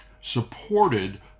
supported